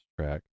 track